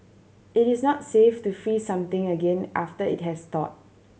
it is not safe to freeze something again after it has thawed